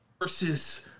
versus